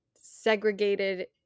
segregated